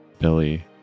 Billy